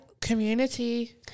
community